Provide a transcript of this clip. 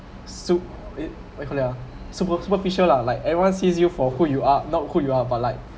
sup~ it what we call that ah super superficial lah like everyone sees you for who you are not who you are but like